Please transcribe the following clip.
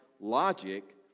logic